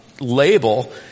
label